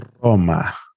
Roma